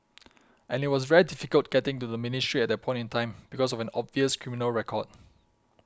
and it was very difficult getting into the ministry at that point in time because of an obvious criminal record